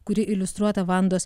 kuri iliustruota vandos